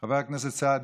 חבר הכנסת סעדי,